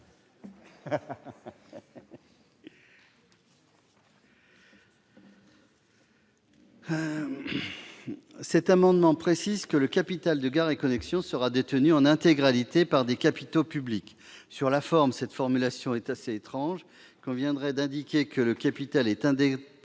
n° 236 vise à préciser que le capital de Gares & Connexions sera détenu en intégralité par des capitaux publics. Sur la forme, cette rédaction est assez étrange : il conviendrait en effet d'indiquer que le capital est intégralement